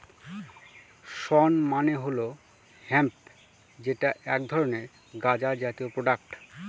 শণ মানে হল হেম্প যেটা এক ধরনের গাঁজা জাতীয় প্রোডাক্ট